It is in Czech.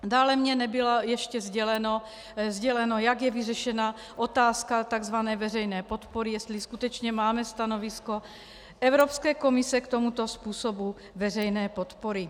Dále mně nebylo ještě sděleno, jak je vyřešena otázka takzvané veřejné podpory, jestli skutečně máme stanovisko Evropské komise k tomuto způsobu veřejné podpory.